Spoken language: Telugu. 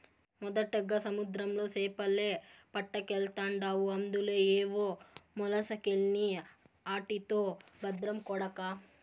మొదటగా సముద్రంలో సేపలే పట్టకెల్తాండావు అందులో ఏవో మొలసకెల్ని ఆటితో బద్రం కొడకా